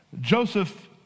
Joseph